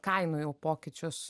kainų jau pokyčius